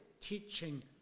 teaching